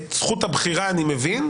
את זכות הבחירה אני מבין,